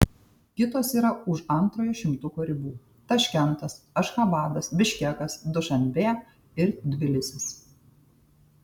kitos yra už antrojo šimtuko ribų taškentas ašchabadas biškekas dušanbė ir tbilisis